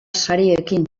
sariekin